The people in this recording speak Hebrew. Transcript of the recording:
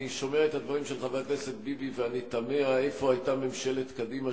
אני שומע את הדברים של חבר הכנסת ביבי ואני תמה איפה היתה ממשלת קדימה,